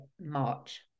March